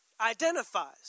identifies